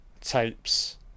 tapes